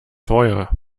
teuer